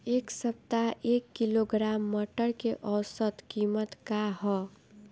एक सप्ताह एक किलोग्राम मटर के औसत कीमत का ह?